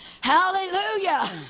Hallelujah